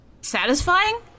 satisfying